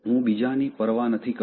હું બીજાની પરવા નથી કરતો